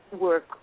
work